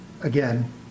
Again